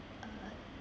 uh